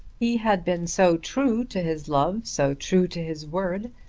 he had been so true to his love, so true to his word,